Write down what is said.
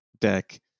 deck